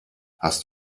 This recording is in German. hast